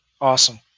Awesome